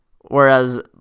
whereas